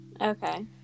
okay